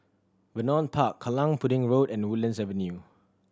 Vernon Park Kallang Pudding Road and Woodlands Avenue